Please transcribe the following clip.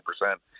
percent